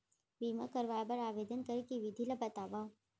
बीमा करवाय बर आवेदन करे के विधि ल बतावव?